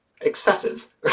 Excessive